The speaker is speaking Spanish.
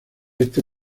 este